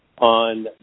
on